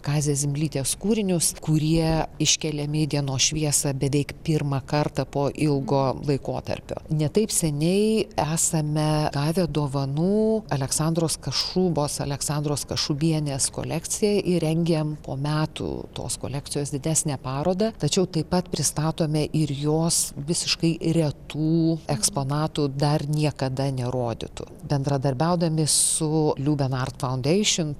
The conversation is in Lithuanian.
kazės zimblytės kūrinius kurie iškeliami į dienos šviesą beveik pirmą kartą po ilgo laikotarpio ne taip seniai esame gavę dovanų aleksandros kašubos aleksandros kašubienės kolekciją ir rengiam po metų tos kolekcijos didesnę parodą tačiau taip pat pristatome ir jos visiškai retų eksponatų dar niekada nerodytų bendradarbiaudami su liuben art faundeišn